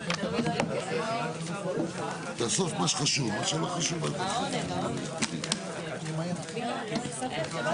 16:00.